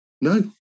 No